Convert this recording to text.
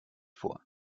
vor